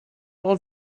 all